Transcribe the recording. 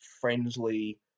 friendly